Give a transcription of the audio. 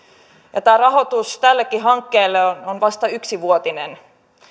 ja tämä rahoitus tällekin hankkeelle on on vasta yksivuotinen